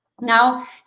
now